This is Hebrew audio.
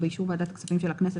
ובאישור ועדת הכספים של הכנסת,